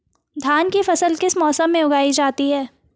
धान की फसल किस मौसम में उगाई जाती है?